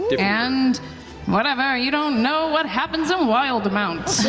and whatever, you don't know what happens in wildemount.